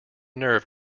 nerve